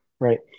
Right